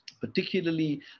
particularly